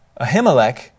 Ahimelech